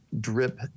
drip